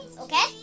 Okay